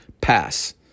pass